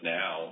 now